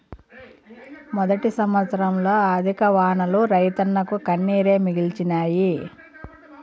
మొదటి సంవత్సరంల అధిక వానలు రైతన్నకు కన్నీరే మిగిల్చినాయి